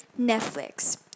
netflix